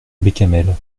bécamel